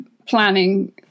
planning